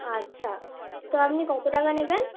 আচ্ছা তো আপনি কতো টাকা নেবেন